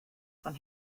fan